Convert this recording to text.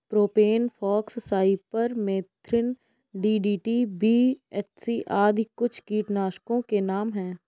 propane fox, cypermethrin, DDT, BHC आदि कुछ कीटनाशकों के नाम हैं